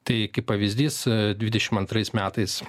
tai kaip pavyzdys dvidešim antrais metais